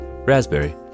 raspberry